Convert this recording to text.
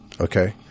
Okay